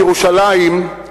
ירושלים